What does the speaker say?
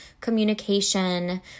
communication